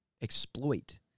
exploit